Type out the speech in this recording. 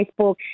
Facebook